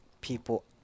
people